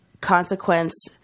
consequence